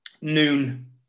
noon